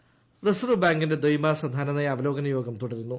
I reserve ബാങ്കിന്റെ ദൈമാസ ധനനയ അവലോകന യോഗം തുടരുന്നു